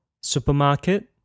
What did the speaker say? supermarket